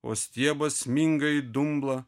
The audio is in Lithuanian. o stiebas sminga į dumblą